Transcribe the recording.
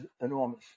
enormous